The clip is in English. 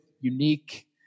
unique